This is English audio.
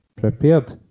prepared